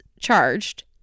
charged